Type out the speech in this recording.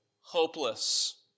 hopeless